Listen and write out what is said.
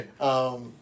Okay